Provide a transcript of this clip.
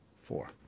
four